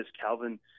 Calvin –